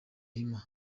hima